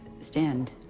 stand